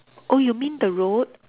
oh you mean the road